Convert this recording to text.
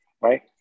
right